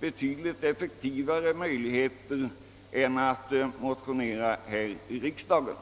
betydligt effektivare framgångslinjer i detta fall än att motionera här i riksdagen.